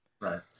Right